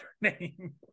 name